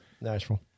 Nashville